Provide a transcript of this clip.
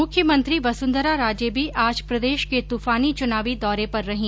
मुख्यमंत्री वसुंधरा राजे भी आज प्रदेश के तूफानी चुनावी दौरे पर रही